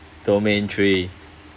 domain three